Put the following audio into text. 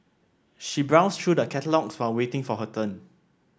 she browsed through the catalogues while waiting for her turn